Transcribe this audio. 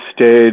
stayed